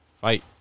Fight